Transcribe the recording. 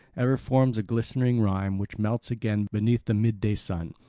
ever forms a glistening rime which melts again beneath the midday sun.